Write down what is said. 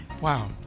Wow